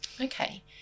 Okay